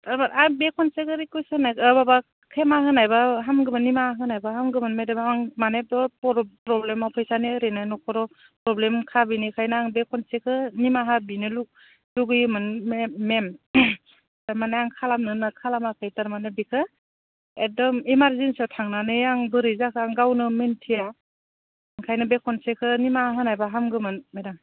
बे खनसेखौ रिकुवेस्ट माबा खेमा होनायबा हामगौमोन निमाहा होनायबा हामगौमोन मेदाम आं माने प्रब्लेमाव फैसानि ओरैनो न'खराव फ्रब्लेमखा बेनिखायनो आं बे खनसेखौ निमाहा बिनो लुबैयोमोन मेम थारमाने आं खालामनो होनना खालामाखै थारमाने बेखौ एगदम इमारजेन्सिआव थांनानै आं बोरै जाखो आं गावनो मोन्थिया ओंखायनो बे खनसेखौ निमाहा होनायबा हामगौमोन मेदाम